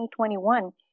2021